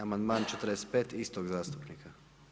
Amandman 45. istog zastupnika.